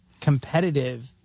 competitive